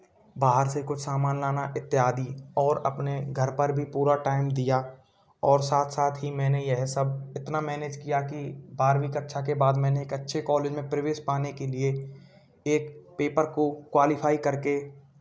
बाहर से कुछ सामान लाना इत्यादि और अपने घर पर भी पूरा टाइम दिया और साथ साथ ही मैंने यह सब इतना मैनेज किया कि बारहवीं कक्षा के बाद मैंने एक अच्छे कॉलेज में प्रवेश पाने के लिए एक पेपर को क्वालिफाई कर के